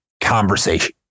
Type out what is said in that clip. conversation